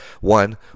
one